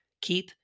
Keith